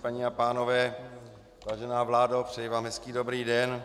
Paní a pánové, vážená vládo, přeji vám hezký dobrý den.